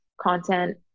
content